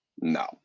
no